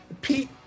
Pete